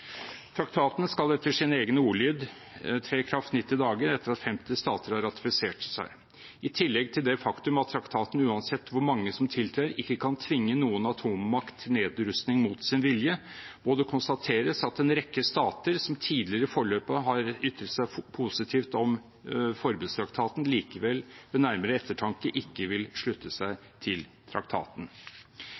Traktaten skal etter sin egen ordlyd tre i kraft 90 dager etter at 50 stater har ratifisert den. I tillegg til det faktum at traktaten uansett hvor mange som tiltrer, ikke kan tvinge noen atommakt til nedrustning mot sin vilje, må det konstateres at en rekke stater som tidligere i forløpet har ytret seg positivt om forbudstraktaten, likevel ved nærmere ettertanke ikke vil slutte seg til traktaten.